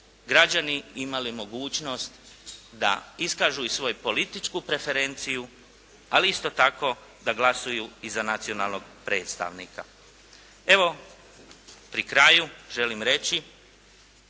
građani imali mogućnost da iskažu i svoju političku preferenciju ali isto tako da glasuju i za nacionalnog predstavnika. Evo, pri kraju, želim reći